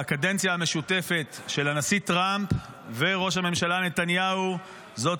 והקדנציה המשותפת של הנשיא טראמפ וראש הממשלה נתניהו זאת